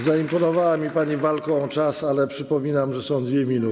Zaimponowała mi pani walką o czas, ale przypominam, że są 2 minuty.